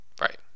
Right